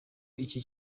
iki